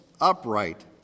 upright